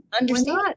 understand